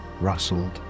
rustled